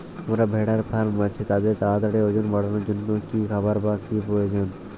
আমার ভেড়ার ফার্ম আছে তাদের তাড়াতাড়ি ওজন বাড়ানোর জন্য কী খাবার বা কী প্রয়োজন?